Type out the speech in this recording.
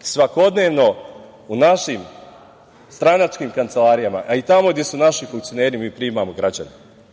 Svakodnevno u našim stranačkim kancelarijama, a i tamo gde su naši funkcioneri mi primamo građana.